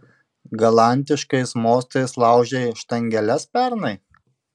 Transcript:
galantiškais mostais laužei štangeles pernai